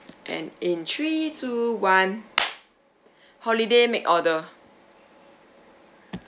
and in three two one holiday make order